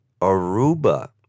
Aruba